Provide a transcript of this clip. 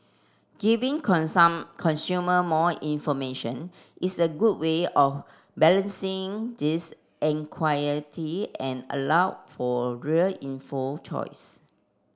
giving consumer more information is a good way of balancing this and allow for real inform choice